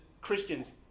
Christians